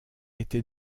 était